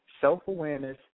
self-awareness